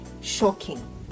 shocking